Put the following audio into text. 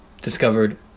discovered